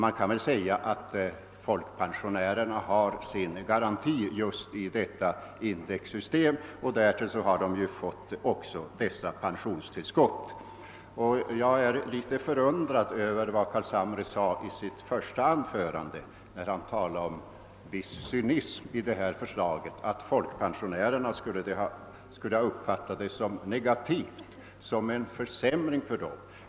Man kan säga att folkpensionärerna har sin garanti i detta indexsystem, och därtill har de fått dessa pensionstillskott. Jag är litet förundrad över vad herr Carlshamre sade i sitt första anförande när han talade om en viss cynism i detta förslag och gjorde gällande att folk pensionärerna skulle ha uppfattat det som negativt eller som en försämring för dem.